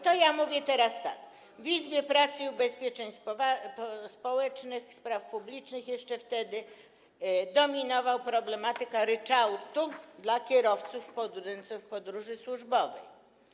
To ja mówię teraz tak: W Izbie Pracy, Ubezpieczeń Społecznych i Spraw Publicznych jeszcze wtedy dominowała problematyka ryczałtu dla kierowców w podróży służbowej.